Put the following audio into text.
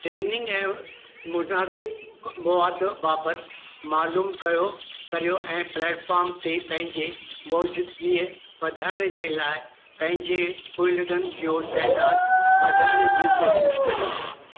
training ऐं मुनासिबु मवादु बाबति मालूम कयो करियो ऐं प्लेटफॉम ते पंहिंजे मौजूदगीअ वधाइण जे लाइ पंहिंजे पोइलग॒नि जियो तइदादु वधाइण जी कोशिशि करियो